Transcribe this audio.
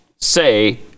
say